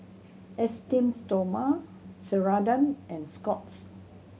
Esteem Stoma Ceradan and Scott's